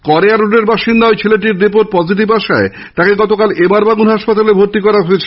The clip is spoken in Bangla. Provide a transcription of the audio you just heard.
কড়েয়া রোডের বাসিন্দা ওই ছেলেটির রিপোর্ট পজিটিভ আসায় তাকে গতকাল এমআর বাঙর হাসপাতালে ভর্তি করা হয়েছে